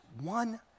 one